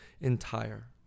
entire